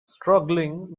struggling